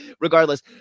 regardless